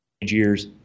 years